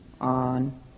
on